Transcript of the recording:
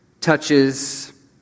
touches